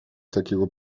takiego